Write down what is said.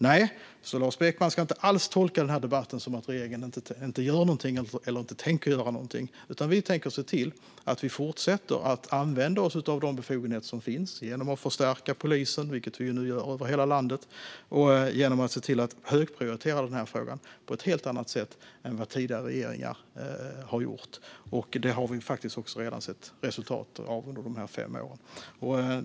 Nej, Lars Beckman ska inte alls tolka denna debatt som att regeringen inte gör någonting eller inte tänker göra någonting. Vi tänker se till att vi fortsätter använda oss av de befogenheter som finns genom att förstärka polisen, vilket vi nu gör över hela landet, och genom att högprioritera denna fråga på ett helt annat sätt än tidigare regeringar har gjort. Detta har vi redan sett resultat av under dessa fem år.